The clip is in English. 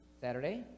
Saturday